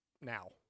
now